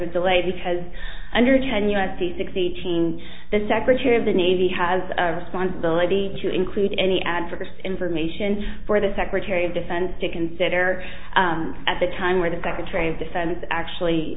a delay because under ten u s c six eighteen the secretary of the navy has responsibility to include any adverse information for the secretary of defense to consider at the time where the secretary of defense actually